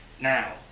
Now